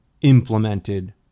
implemented